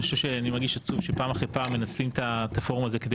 אני חושב שאני מרגיש עצוב שפעם אחרי פעם מנצלים את הפורום הזה כדי